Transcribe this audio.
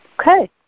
Okay